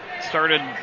started